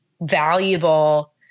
valuable